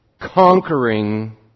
conquering